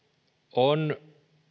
on